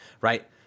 right